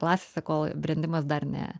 klasėse kol brendimas dar ne